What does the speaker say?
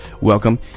welcome